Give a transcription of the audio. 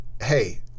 hey